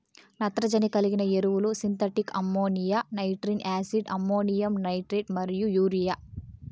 నత్రజని కలిగిన ఎరువులు synthetic ammonia, nitric acid, ammonium nitrate మరియు యూరియా